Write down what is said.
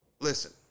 Listen